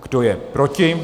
Kdo je proti?